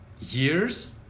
years